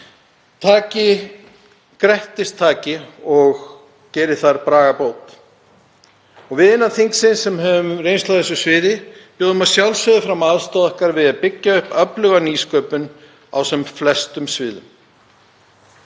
því grettistaki að gera þar bragarbót. Við innan þingsins, sem höfum reynslu á þessu sviði, bjóðum að sjálfsögðu fram aðstoð okkar við að byggja upp öfluga nýsköpun á sem flestum sviðum.